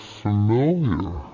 familiar